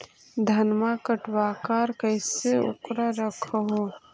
धनमा कटबाकार कैसे उकरा रख हू?